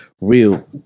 real